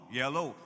yellow